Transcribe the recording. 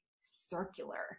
circular